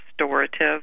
restorative